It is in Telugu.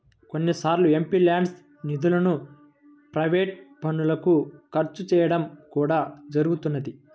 కొన్నిసార్లు ఎంపీల్యాడ్స్ నిధులను ప్రైవేట్ పనులకు ఖర్చు చేయడం కూడా జరుగుతున్నది